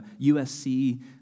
USC